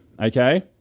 Okay